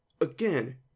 again